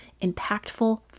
impactful